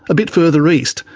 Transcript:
a bit further east,